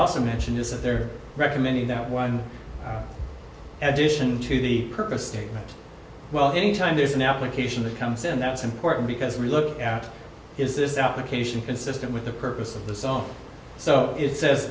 also mention is that they're recommending that one addition to the purpose statement well anytime there's an application that comes in that's important because we look at is this application consistent with the purpose of the song so it says